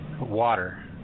water